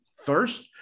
thirst